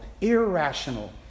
irrational